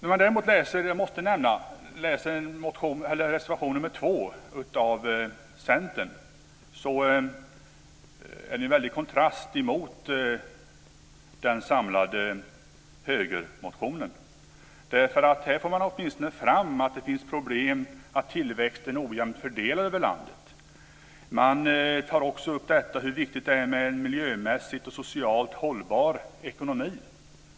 Reservation 2 från Centern är en mycket stor kontrast mot den samlade högerreservationen. I reservation 2 för man åtminstone fram att det finns problem och att tillväxten är ojämnt fördelad över landet. Man tar också upp frågan om hur viktigt det är med en miljömässigt och socialt hållbar ekonomi.